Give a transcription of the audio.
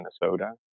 Minnesota